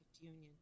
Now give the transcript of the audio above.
union